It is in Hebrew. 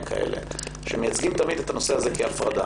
כאלה שמייצגים תמיד את הנושא הזה כהפרדה.